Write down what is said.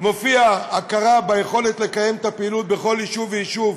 מופיעה הכרה ביכולת לקיים את הפעילות בכל יישוב ויישוב,